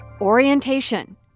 orientation